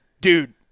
dude